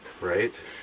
Right